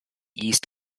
east